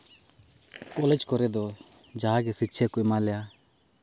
college ᱠᱚᱨᱮ ᱫᱚ ᱡᱟᱦᱟᱸᱜᱮ ᱥᱤᱠᱠᱷᱟ ᱠᱚ ᱮᱢᱟ ᱞᱮᱭᱟ